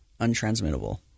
untransmittable